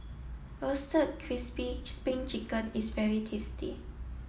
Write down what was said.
roasted crispy spring chicken is very tasty